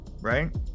right